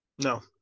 No